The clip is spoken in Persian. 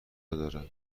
ندارم